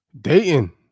Dayton